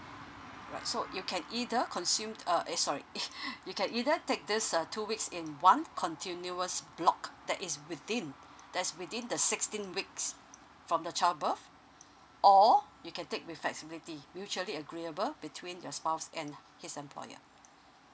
alright so you can either consume uh eh sorry you can either take this uh two weeks in one continuous block that is within that's within the sixteen weeks from the child birth or you can take with flexibility mutually agreeable between your spouse and his employer